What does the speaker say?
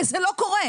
זה לא קורה,